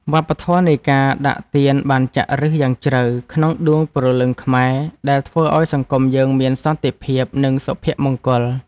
វប្បធម៌នៃការដាក់ទានបានចាក់ឫសយ៉ាងជ្រៅក្នុងដួងព្រលឹងខ្មែរដែលធ្វើឱ្យសង្គមយើងមានសន្តិភាព និងសុភមង្គល។